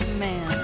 man